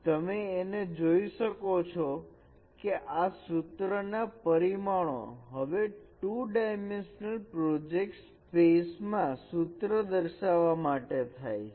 તમે તેને જોઈ શકો છો કે આ સૂત્ર ના પરિમાણો હવે 2 ડાયમેન્શનલ પ્રોજેક્ટ સ્પેસમાં સૂત્ર દર્શાવવા માટે થાય છે